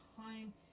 time